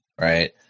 right